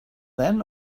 then